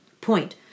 Point